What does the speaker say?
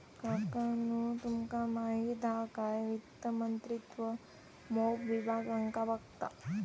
काकानु तुमका माहित हा काय वित्त मंत्रित्व मोप विभागांका बघता